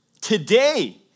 today